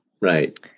Right